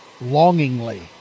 longingly